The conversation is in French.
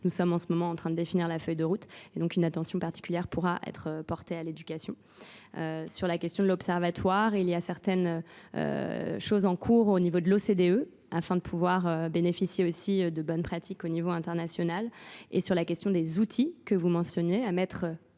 Nous sommes en ce moment en train de définir la feuille de route et donc une attention particulière pourra être portée à l'éducation. Sur la question de l'Observatoire, il y a certaines choses en cours au niveau de l'OCDE afin de pouvoir bénéficier aussi de bonnes pratiques au niveau international. Et sur la question des outils que vous mentionnez à mettre